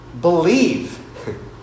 believe